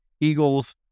Eagles